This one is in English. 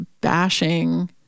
bashing